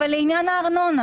אבל לעניין הארנונה